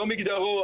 לא מגדרו.